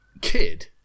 kid